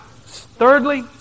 Thirdly